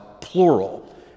plural